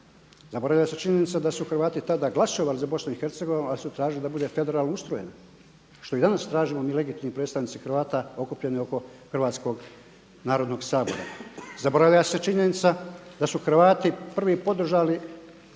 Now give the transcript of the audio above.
Zaboravlja se činjenica da su Hrvati tada glasovali za Bosnu i Hercegovinu, ali su tražili da bude federalno ustrojena što i danas tražimo mi legitimni predstavnici Hrvata okupljeni oko Hrvatskog narodnog sabora. Zaboravlja se činjenica da su Hrvati prvi podržali